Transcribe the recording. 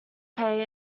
pay